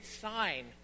sign